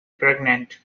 pregnant